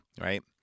right